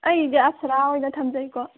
ꯑꯩꯒꯤꯗꯤ ꯑꯞꯁꯔꯥ ꯑꯣꯏꯅ ꯊꯝꯖꯩꯀꯣ